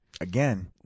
Again